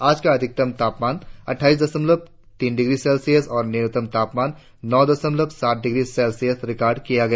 आज का अधिकतम तापमान अट्ठाईस दशमलव तीन डिग्री सेल्सियस और न्यूनतम तापमान नौ दशमलव सात डिग्री सेल्सियस रिकार्ड किया गया